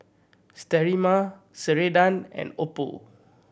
Sterimar Ceradan and Oppo